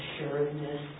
assuredness